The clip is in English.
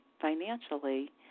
financially